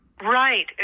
Right